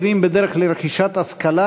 והיו להן קשיים אדירים בדרך לרכישת השכלה,